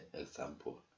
example